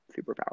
superpower